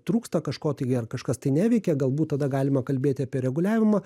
trūksta kažko tai ar kažkas tai neveikia galbūt tada galima kalbėt apie reguliavimą